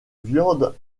viande